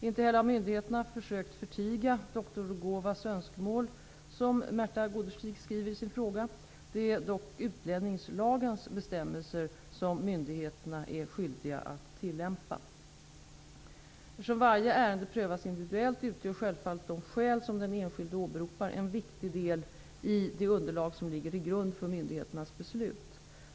Inte heller har myndigheterna försökt förtiga dr Rugovas önskemål, vilket Märtha Gårdestig skriver i sin fråga. Det är dock utlänningslagens bestämmelser som myndigheterna är skyldiga att tillämpa. Eftersom varje ärende prövas individuellt utgör självfallet de skäl som den enskilde åberopar en viktig del i det underlag som ligger till grund för myndigheternas beslut.